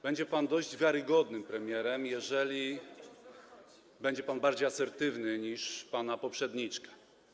Będzie pan dość wiarygodnym premierem, jeżeli będzie pan bardziej asertywny niż pana poprzedniczka.